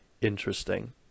interesting